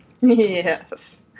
Yes